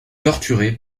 torturée